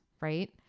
right